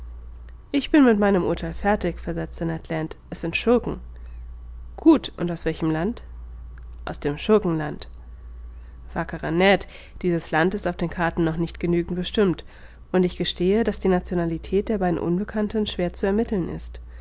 ich bin mit meinem urtheil fertig versetzte ned land es sind schurken gut und aus welchem land aus dem schurkenland wackerer ned dieses land ist auf den karten noch nicht genügend bestimmt und ich gestehe daß die nationalität der beiden unbekannten schwer zu ermitteln ist